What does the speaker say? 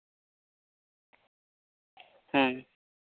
ᱦᱮᱸ